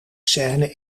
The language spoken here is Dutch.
scene